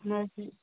نہَ حظ نہَ